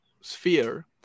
sphere